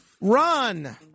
Run